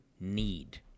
need